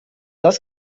das